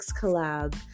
collab